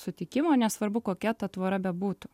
sutikimo nesvarbu kokia ta tvora bebūtų